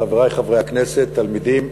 חברי חברי הכנסת, תלמידים,